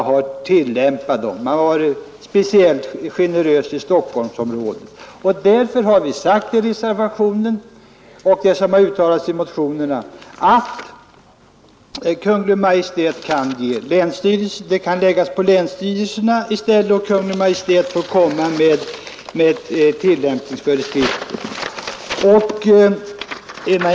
Man har t.ex. varit speciellt generös i Stockholmsområdet. Därför har vi i motioner och i reservationen uttalat att dispenssystemets tillämpning i stället skall läggas på länsstyrelserna, och Kungl. Maj:t får utfärda tillämpningsföreskrifter.